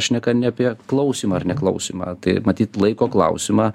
šneka ne apie klausymą ar neklausymą tai matyt laiko klausimą